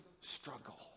struggle